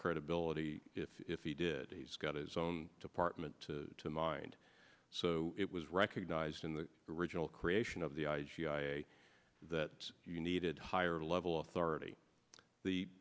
credibility if he did he's got his own department to mind so it was recognized in the original creation of the that you needed higher level of clarity the